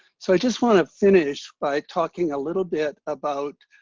so i just want to finish by talking a little bit about